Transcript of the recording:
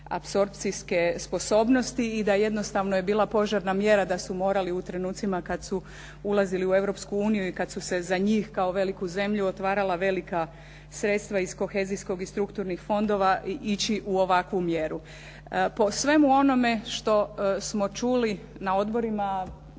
apsorpcijske sposobnosti i da jednostavno je bila požarna mjera da su morali u trenucima kad su ulazili u Europsku uniju i kad su se za njih kao veliku zemlju otvarala velika sredstva iz kohezijskog i strukturnih fondova ići u ovakvu mjera. Po svemu onome što smo čuli na odborima,